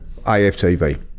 AFTV